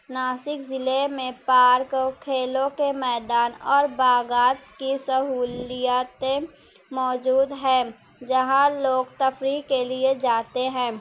ناسک ضلعے میں پارک اور کھیلوں کے میدان اور باغات کی سہولتیں موجود ہیں جہاں لوگ تفریح کے لیے جاتے ہیں